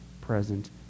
present